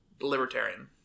libertarian